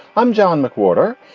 i'm john mcwhorter.